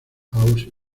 house